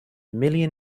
million